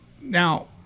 Now